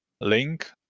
link